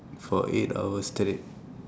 for eight hours straight